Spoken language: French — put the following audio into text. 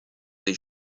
des